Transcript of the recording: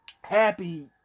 Happy